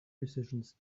decisions